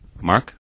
Mark